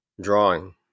Drawing